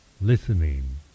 listening